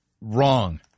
Wrong